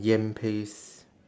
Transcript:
yam paste